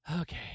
Okay